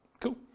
Cool